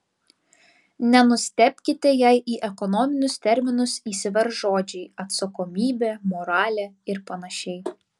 nenustebkite jei į ekonominius terminus įsiverš žodžiai atsakomybė moralė ir panašiai